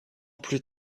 plus